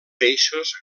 peixos